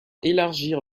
élargir